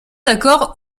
accord